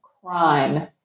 crime